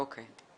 אוקיי.